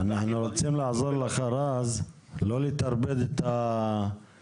אנחנו רוצים לעזור לך ולא לטרפד את התקנה